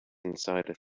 inside